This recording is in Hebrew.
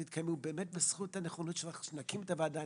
התקיימו באמת בזכות הנכונות שלך להקים את הוועדה.